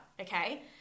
Okay